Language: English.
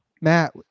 matt